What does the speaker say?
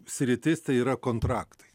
sritis tai yra kontraktai